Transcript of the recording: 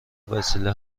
وسیله